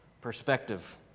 perspective